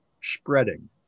spreading